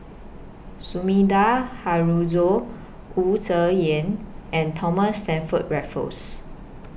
Sumida Haruzo Wu Tsai Yen and Thomas Stamford Raffles